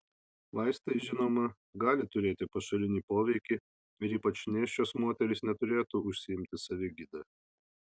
vaistai žinoma gali turėti pašalinį poveikį ir ypač nėščios moterys neturėtų užsiimti savigyda